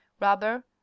rubber